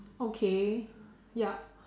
okay yup